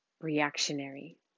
reactionary